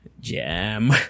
Jam